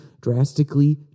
drastically